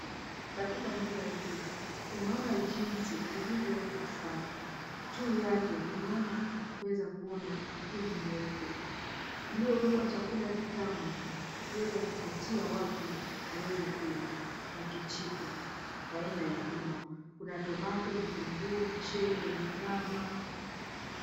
Katika meza hii tunaona jinsi iliyowekwa safi. Juu yake tunaweza kuona bakuli nyeupe iliyowekwa chakula kitamu kuweza kuvutia watu kuweza kula na kijiko aina ya uma. Kuna tomato , vitunguu, mchele, nyama.